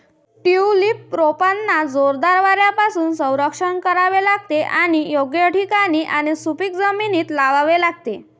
tulip रोपांना जोरदार वाऱ्यापासून संरक्षण करावे लागते आणि योग्य ठिकाणी आणि सुपीक जमिनीत लावावे लागते